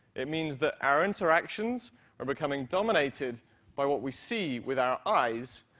it means that our interactions are becoming dominated by what we see with our eyes,